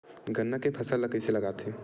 गन्ना के फसल ल कइसे लगाथे?